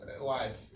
life